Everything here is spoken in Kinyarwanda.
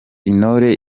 intore